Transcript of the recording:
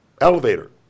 elevator